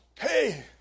Hey